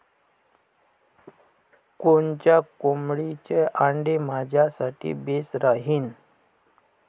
कोनच्या कोंबडीचं आंडे मायासाठी बेस राहीन?